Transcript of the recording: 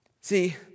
See